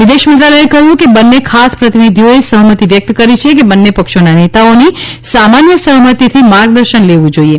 વિદેશ મંત્રાલયે કહયું છે કે બંને ખાસ પ્રતિનિધિઓએ સહમતી વ્યકત કરી છે કે બંને પક્ષીના નેતાઓની સામાન્ય સહમતિથી માર્ગદર્શન લેવુ જોઇએ